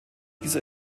dieser